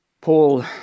Paul